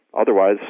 otherwise